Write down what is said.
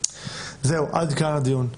עד כאן הדיון.